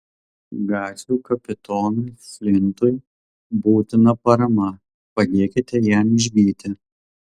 gatvių kapitonui flintui būtina parama padėkite jam išgyti